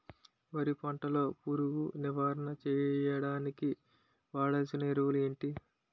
వరి పంట లో పురుగు నివారణ చేయడానికి వాడాల్సిన ఎరువులు ఏంటి?